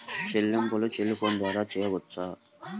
చెల్లింపులు cell phone ద్వారా చేయవచ్చా?